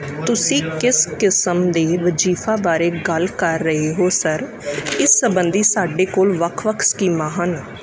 ਤੁਸੀਂ ਕਿਸ ਕਿਸਮ ਦੇ ਵਜ਼ੀਫਾ ਬਾਰੇ ਗੱਲ ਕਰ ਰਹੇ ਹੋ ਸਰ ਇਸ ਸੰਬੰਧੀ ਸਾਡੇ ਕੋਲ ਵੱਖ ਵੱਖ ਸਕੀਮਾਂ ਹਨ